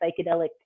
psychedelic